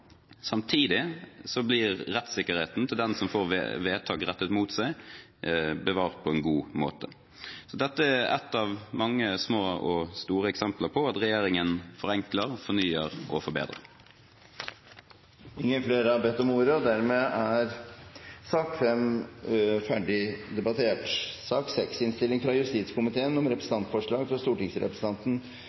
Samtidig blir rettssikkerheten til den som får vedtak rettet mot seg, bevart på en god måte. Så dette er ett av mange små og store eksempler på at regjeringen forenkler, fornyer og forbedrer. Flere har ikke bedt om ordet til sak nr. 5. Representantforslaget om